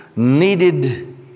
needed